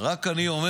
אני רק אומר,